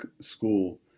school